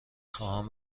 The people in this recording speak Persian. خواهم